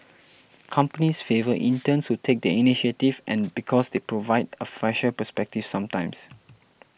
companies favour interns who take the initiative and because they provide a fresher perspective sometimes